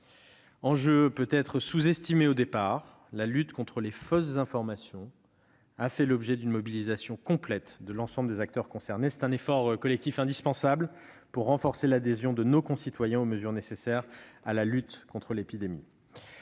Enjeu peut-être sous-estimé au départ, la lutte contre les fausses informations a fait l'objet d'une mobilisation complète de l'ensemble des acteurs concernés. C'est un effort collectif indispensable pour renforcer l'adhésion de nos concitoyens aux mesures nécessaires à la lutte contre l'épidémie.